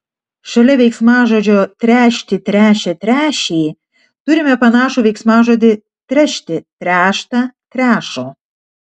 šalia veiksmažodžio tręšti tręšia tręšė turime panašų veiksmažodį trešti tręšta trešo